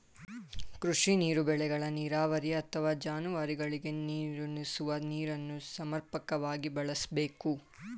ಕೃಷಿ ನೀರು ಬೆಳೆಗಳ ನೀರಾವರಿ ಅಥವಾ ಜಾನುವಾರುಗಳಿಗೆ ನೀರುಣಿಸುವ ನೀರನ್ನು ಸಮರ್ಪಕವಾಗಿ ಬಳಸ್ಬೇಕು